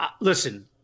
Listen